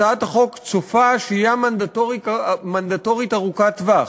הצעת החוק צופה שהייה מנדטורית ארוכת טווח,